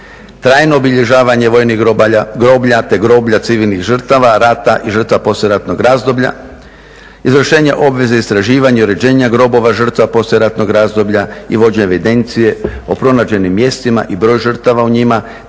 Trajno obilježavanje voljnih groblja te groblja civilnih žrtava rat i žrtava poslijeratnog razdoblja, izvršenje obveze istraživanja i uređenja grobova žrtava poslijeratnog razdoblja i vođenje evidencije o pronađenim mjestima i broju žrtava u njemu,